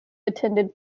attended